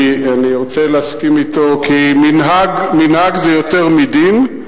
אני רוצה להסכים אתו, כי מנהג זה יותר מדין,